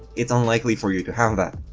it's unlikely for you to have that.